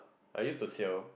I used to sail